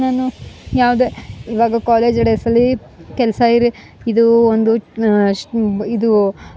ನಾನು ಯಾವುದೇ ಈವಾಗ ಕಾಲೇಜ್ ಡೇಸಲ್ಲಿ ಕೆಲಸ ಇರೆ ಇದು ಒಂದು ಇದು